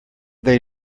they